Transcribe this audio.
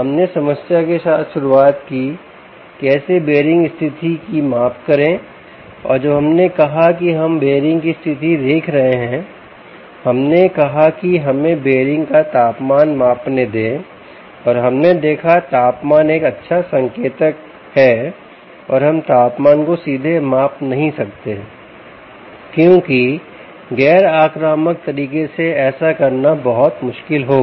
हमने समस्या के साथ शुरुआत की कैसे बीयरिंग स्थिति क माप करें और जब हमने कहा कि हम बेयरिंग की स्थिति देख रहे हैं हमने कहा कि हमें बेयरिंग का तापमान मापने दें और हमने देखा तापमान एक अच्छा संकेतक है और हम तापमान को सीधे माप नहीं सकते क्योंकि गैर आक्रामक तरीके से ऐसा करना बहुत मुश्किल होगा